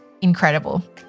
incredible